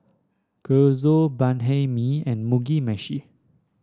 Gyoza Banh Mi and Mugi Meshi